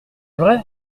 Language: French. vrai